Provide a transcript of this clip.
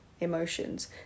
emotions